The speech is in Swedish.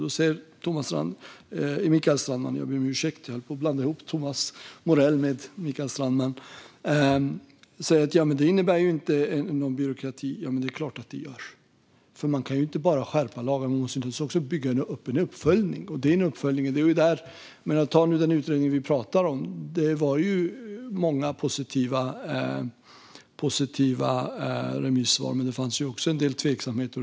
Då säger Mikael Strandman att detta inte innebär någon byråkrati. Det är klart att det gör. Man kan inte bara skärpa lagar, utan man måste dessutom bygga upp en uppföljning. Till den utredning vi nu pratar om fanns många positiva remissvar, men det fanns också en del tveksamheter.